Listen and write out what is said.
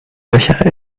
löcher